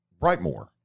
Brightmore